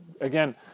Again